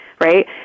right